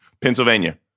Pennsylvania